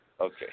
Okay